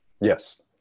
Yes